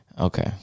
Okay